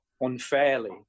unfairly